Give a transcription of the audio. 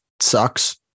sucks